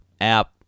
App